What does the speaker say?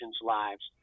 lives